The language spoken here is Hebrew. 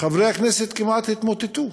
חברי הכנסת כמעט התמוטטו,